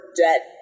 dead